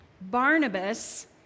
Barnabas